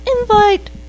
invite